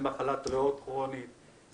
מחלת ריאות כרונית,